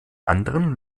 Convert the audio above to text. anderen